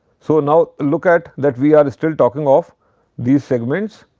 so, now, look at that we are still talking of these segments.